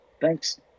thanks